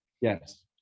yes